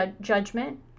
judgment